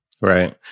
Right